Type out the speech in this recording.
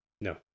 No